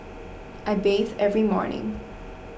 I bathe every morning